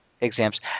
exams